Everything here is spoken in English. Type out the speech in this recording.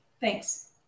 Thanks